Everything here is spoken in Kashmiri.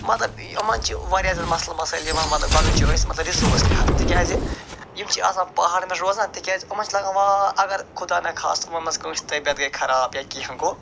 مطلب یِمن چھِ وارِیاہ زیادٕ مسلہٕ مسٲیل یِوان ولنہٕ گۄڈٕ وُچھو أسۍ مطلب رِسورٕس لٮ۪حاظٕ تِکیٛازِ یِم چھِ آسان پہاڑن پٮ۪ٹھ روزان تِکیٛازِ یِمن چھِ لَگان وا اگر خُدا نہَ خاستہٕ یِمو منٛز کٲنٛسہِ طعبیت گٔے خراب یا کیٚنٛہہ گوٚو